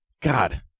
god